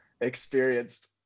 experienced